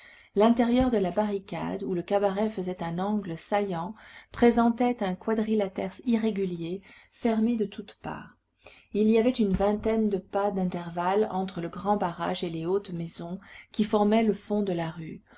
l'intérieur de la barricade où le cabaret faisait un angle saillant présentait un quadrilatère irrégulier fermé de toutes parts il y avait une vingtaine de pas d'intervalle entre le grand barrage et les hautes maisons qui formaient le fond de la rue